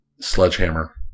sledgehammer